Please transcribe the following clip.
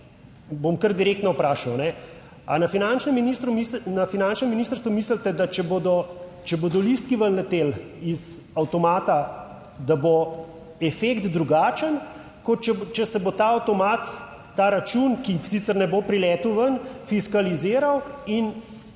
bom kar direktno vprašal, ali na finančnem ministrstvu mislite, da če bodo, če bodo, listki ven leteli iz avtomata, da bo efekt drugačen, kot če se bo ta avtomat, ta račun, ki sicer ne bo priletel ven, fiskaliziral in